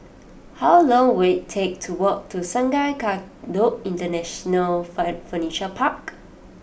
how long will it take to walk to Sungei Kadut International fine Furniture Park